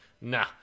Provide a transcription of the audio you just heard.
Nah